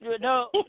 no